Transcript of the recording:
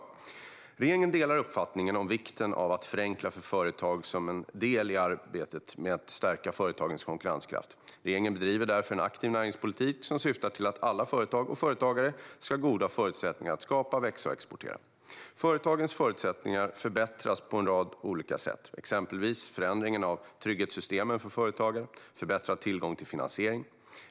Regeringen delar uppfattningen om vikten av att förenkla för företag som en del i arbetet med att stärka företagens konkurrenskraft. Regeringen bedriver därför en aktiv näringspolitik som syftar till att alla företag och företagare ska ha goda förutsättningar att skapa, växa och exportera. Företagens förutsättningar förbättras på en rad olika sätt, exempelvis förändringen av trygghetssystemen för företagare och förbättrad tillgång till finansiering.